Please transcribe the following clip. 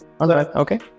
okay